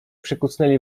przykucnęli